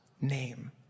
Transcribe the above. name